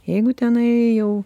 jeigu tenai jau